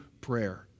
prayer